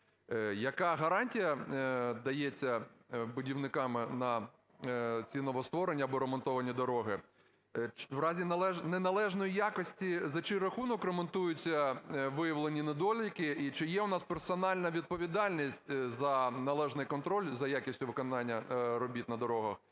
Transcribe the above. Яка гарантія дається будівниками на ці новостворені або ремонтовані дороги? У разі неналежної якості за чий рахунок ремонтуються виявлені недоліки і чи є у нас персональна відповідальність за належний контроль за якістю виконання робіт на дорогах?